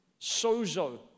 Sozo